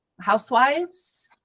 housewives